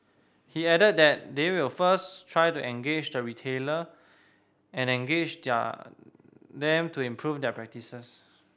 he added that they will first try to engage the retailer and engage their them to improve their practices